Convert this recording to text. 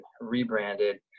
rebranded